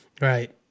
Right